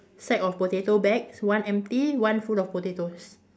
sack of potato bags one empty one full of potatoes